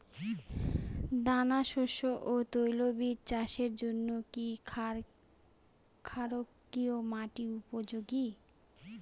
দানাশস্য ও তৈলবীজ চাষের জন্য কি ক্ষারকীয় মাটি উপযোগী?